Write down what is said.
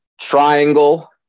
Triangle